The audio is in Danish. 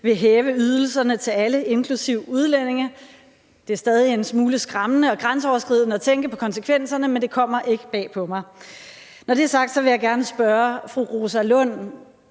vil hæve ydelserne til alle inklusive udlændinge. Det er stadig en smule skræmmende og grænseoverskridende at tænke på konsekvenserne, men det kommer ikke bag på mig. Når det er sagt, vil jeg gerne spørge fru Rosa Lund: